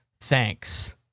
Thanks